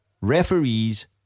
referees